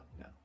no